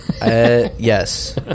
Yes